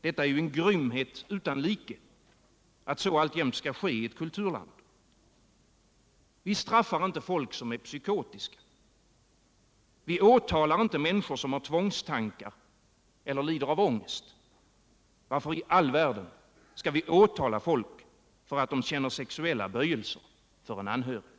Det är ju en grymhet utan like att så alltjämt sker i ett kulturland. Vi straffar inte folk som är psykotiska. Vi åtalar inte människor som har tvångstankar eller lider av ångest. Varför i all världen skall vi åtala folk för att de känner sexuella böjelser för en anhörig?